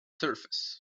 surface